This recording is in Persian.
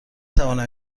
توانم